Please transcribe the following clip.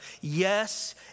Yes